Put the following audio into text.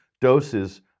doses